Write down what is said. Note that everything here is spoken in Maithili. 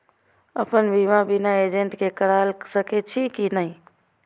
अपन बीमा बिना एजेंट के करार सकेछी कि नहिं?